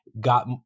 got